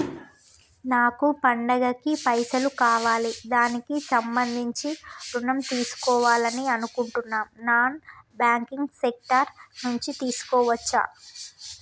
నాకు పండగ కి పైసలు కావాలి దానికి సంబంధించి ఋణం తీసుకోవాలని అనుకుంటున్నం నాన్ బ్యాంకింగ్ సెక్టార్ నుంచి తీసుకోవచ్చా?